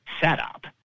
setup